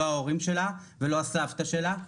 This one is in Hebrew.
לא ההורים שלה ולא הסבתא שלה,